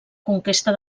conquesta